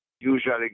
usually